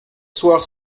soir